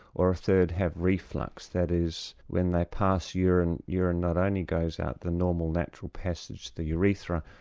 or a third have reflux that is when they pass urine, urine not only goes out the normal natural passage, the urethra,